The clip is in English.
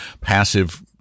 passive